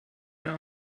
mehr